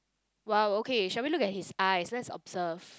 !wow! okay shall we look at his eyes let's observe